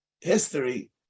history